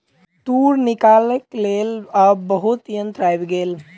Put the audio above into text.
तूर निकालैक लेल आब बहुत यंत्र आइब गेल